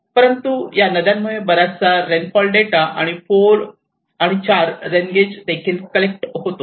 परंतु या नद्यांमुळे बराचसा रेन फॉल डेटा आणि 4 रेनगेज देखील कलेक्ट होतो